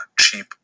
cheap